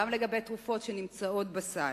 גם לגבי תרופות שנמצאות בסל.